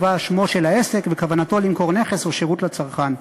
ובה שמו של העסק וכוונתו למכור נכס או שירות לצרכן.